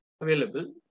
available